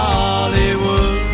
Hollywood